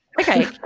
Okay